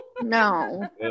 No